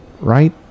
Right